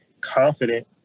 confident